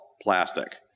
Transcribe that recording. plastic